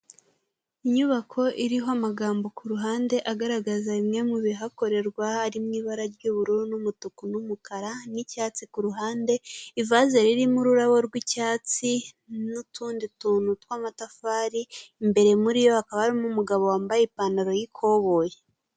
Inyubako iriho amagambo ku ruhande agaragaza bimwe mu bihakorerwa, ari mu ibara ry'ubururu n'umutuku n'umukara n'icyatsi kuruhande, ivase ririmo ururabo rwiicyatsi n'utundi tuntu tw'amatafari; imbere muri yo hakaba harimo umugabo wambaye ipantaro y'ikoboyi.